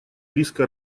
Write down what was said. риска